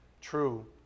true